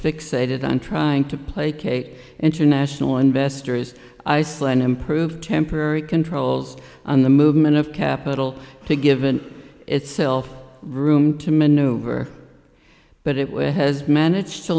fixated on trying to placate international investors iceland improved temporary controls on the movement of capital to give in itself room to maneuver but it will has managed to